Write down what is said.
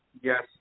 Yes